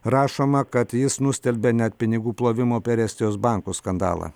rašoma kad jis nustelbė net pinigų plovimo per estijos bankus skandalą